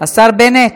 השר בנט,